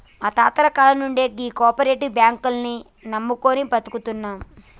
మా తాతల కాలం నుండి గీ కోపరేటివ్ బాంకుల్ని నమ్ముకొని బతుకుతున్నం